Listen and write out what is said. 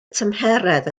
tymheredd